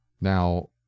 Now